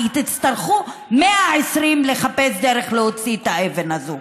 כי תצטרכו 120 לחפש דרך להוציא את האבן הזו.